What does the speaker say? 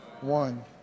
One